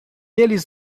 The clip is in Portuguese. eles